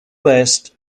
best